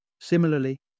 Similarly